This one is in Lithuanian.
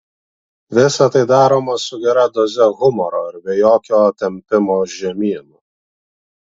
visa tai daroma su gera doze humoro ir be jokio tempimo žemyn